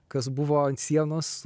kas buvo ant sienos